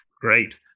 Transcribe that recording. Great